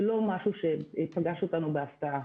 זה לא משהו שפגש אותנו בהפתעה.